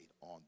on